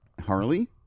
Harley